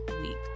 week